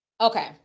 Okay